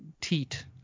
teat